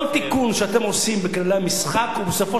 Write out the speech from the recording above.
כל תיקון שאתם עושים בכללי המשחק בסופו